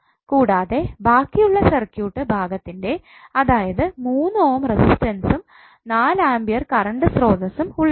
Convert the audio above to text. കൂടാതെ ബാക്കിയുള്ള സർക്യൂട്ട് ഭാഗത്തിൻറെ അതായത് 3 ഓം റെസിസ്റ്റൻസ്സും 4 ആമ്പിയർ കറൻറ് സ്രോതസ്സും ഉള്ളിടത്ത്